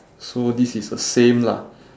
so this is the same lah